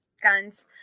guns